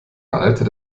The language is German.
alter